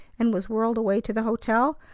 and was whirled away to the hotel.